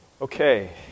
Okay